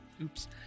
Oops